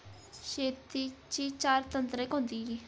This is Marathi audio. शेतीची चार तंत्रे कोणती?